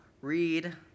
Read